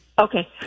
Okay